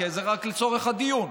זה רק לצורך הדיון.